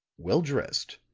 well-dressed,